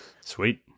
sweet